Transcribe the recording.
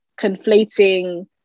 conflating